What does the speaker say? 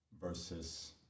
versus